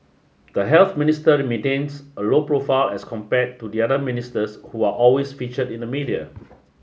the Health Minister maintains a low profile as compared to the other ministers who are always featured in the media